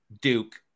Duke